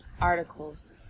articles